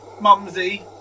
Mumsy